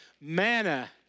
manna